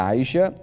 Aisha